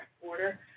order